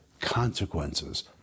consequences